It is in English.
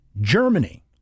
Germany